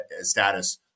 status